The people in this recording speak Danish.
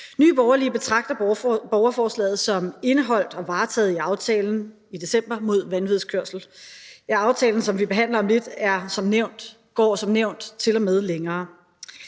Nye Borgerlige betragter borgerforslaget som indeholdt i og varetaget af aftalen fra december mod vanvidskørsel. Aftalen, som vi behandler om lidt, går som nævnt til og med længere.